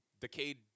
Decayed